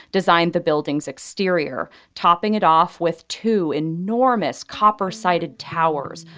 designed the building's exterior, topping it off with two enormous copper-sided towers,